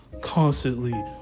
constantly